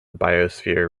biosphere